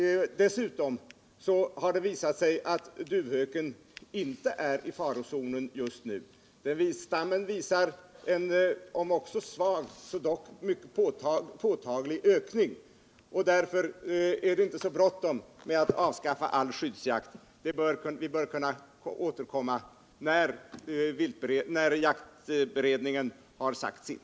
Dessutom har det visat sig att duvhöken inte är i farozonen just nu. Stammen visar en, om än svag så dock påtaglig, ökning. Därför är det inte så bråttom med att avskaffa all skyddsjakt, utan vi bör kunna återkomma till frågan när jaktberedningen har sagt sitt.